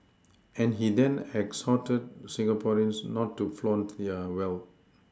and he then exhorted Singaporeans not to flaunt their wealth